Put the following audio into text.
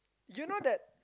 you know that